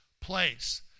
place